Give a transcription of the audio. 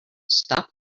stop